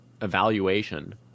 evaluation